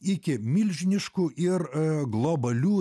iki milžiniškų ir a globalių